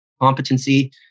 competency